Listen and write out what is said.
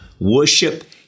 worship